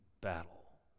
battle